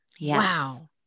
wow